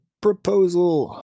proposal